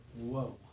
whoa